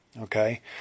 okay